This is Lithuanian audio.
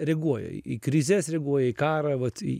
reaguoja į krizes reaguoja į karą vat į